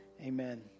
Amen